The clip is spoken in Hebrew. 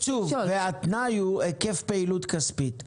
והתנאי הוא היקף פעילות כספית,